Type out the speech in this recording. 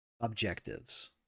objectives